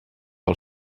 del